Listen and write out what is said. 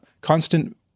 constant